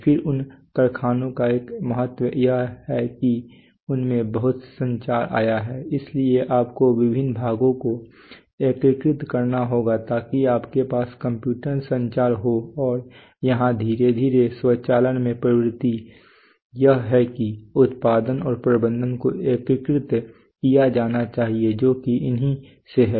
फिर इन कारखानों का एक महत्त्व यह है कि उनमें बहुत संचार आया है इसलिए आपको विभिन्न भागों को एकीकृत करना होगा ताकि आपके पास कंप्यूटर संचार हो और यहाँ धीरे धीरे स्वचालन में प्रवृत्ति यह है कि उत्पादन और प्रबंधन को एकीकृत किया जाना चाहिए जो कि इन्हीं से है